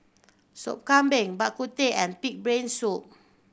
Sop Kambing Bak Kut Teh and pig brain soup